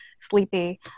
sleepy